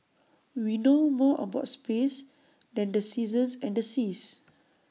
we know more about space than the seasons and the seas